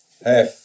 half